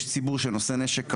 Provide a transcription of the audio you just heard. יש ציבור שנושא נשק כחוק,